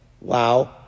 wow